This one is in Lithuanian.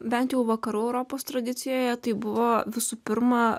bent jau vakarų europos tradicijoje tai buvo visų pirma